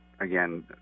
again